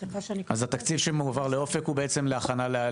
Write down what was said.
סליחה שאני קוטעת --- אז התקציב שמועבר ל"אופק" הוא בעצם לקליטה.